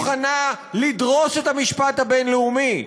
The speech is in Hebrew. היא מוכנה לדרוס את המשפט הבין-לאומי,